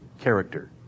character